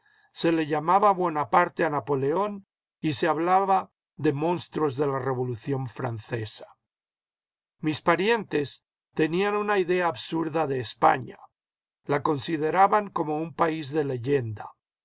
se le llamaba buonaparte a napoleón y se hablaba de monstruos de la revolución francesa mis parientes tenían una idea absurda de españa la consideraban como un país de leyenda